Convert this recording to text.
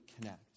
connect